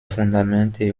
fundamente